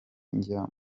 njya